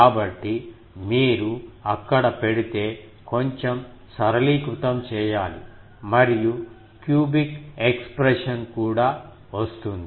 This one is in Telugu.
కాబట్టి మీరు అక్కడ పెడితే కొంచెం సరళీకృతం చేయాలి మరియు క్యూబిక్ ఎక్స్ప్రెషన్ కూడా వస్తుంది